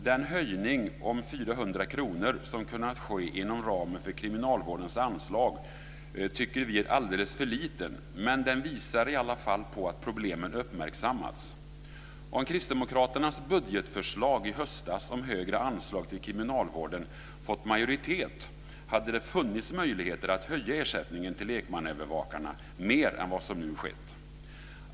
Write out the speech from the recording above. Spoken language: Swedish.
Den höjning om 400 kr som kunnat ske inom ramen för kriminalvårdens anslag tycker vi är alldeles för liten, men den visar i alla fall på att problemen uppmärksammats. Om Kristdemokraternas budgetförslag i höstas om högre anslag till kriminalvården fått majoritet hade det funnits möjligheter att höja ersättningen till lekmannaövervakarna mer än vad som nu skett.